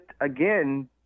again